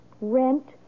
Rent